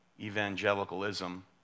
evangelicalism